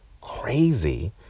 crazy